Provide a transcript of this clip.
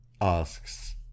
asks